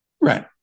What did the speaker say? Right